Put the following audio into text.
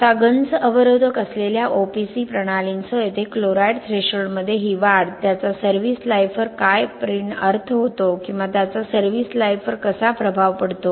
आता गंज अवरोधक असलेल्या OPC प्रणालींसह येथे क्लोराईड थ्रेशोल्डमध्ये ही वाढ त्याचा सर्व्हिस लाइफवर काय अर्थ होतो किंवा त्याचा सर्व्हिस लाइफवर कसा प्रभाव पडतो